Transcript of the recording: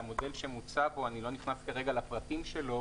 והמודל שמוצע בו אני לא נכנס כרגע לפרטים שלו